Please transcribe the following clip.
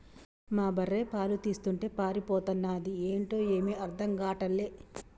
మా బర్రె పాలు తీస్తుంటే పారిపోతన్నాది ఏంటో ఏమీ అర్థం గాటల్లే